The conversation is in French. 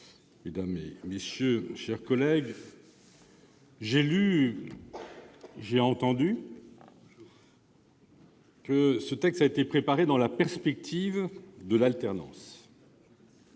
le rapporteur, mes chers collègues, j'ai lu, j'ai entendu que ce texte a été préparé dans la perspective de l'alternance.